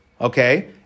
okay